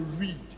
read